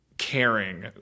caring